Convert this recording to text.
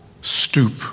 stoop